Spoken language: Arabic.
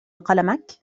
قلمك